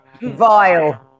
Vile